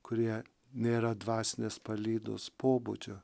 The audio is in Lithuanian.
kurie nėra dvasinės palydos pobūdžio